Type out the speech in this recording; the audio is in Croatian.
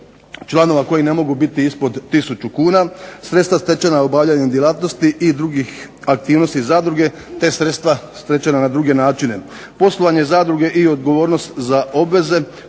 članova koji ne mogu biti ispod 1000 kuna. Sredstva stečena obavljanjem djelatnosti i drugih aktivnosti zadruge, te sredstva stečena na druge načine. Poslovanje zadruge i odgovornost za obveze